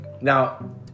Now